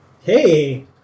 Hey